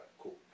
cool